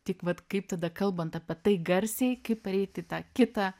tik vat kaip tada kalbant apie tai garsiai kaip pereiti į tą kitą